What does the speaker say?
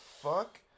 fuck